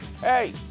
Hey